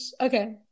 Okay